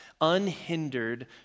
unhindered